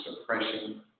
suppression